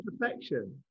perfection